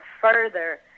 further